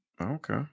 Okay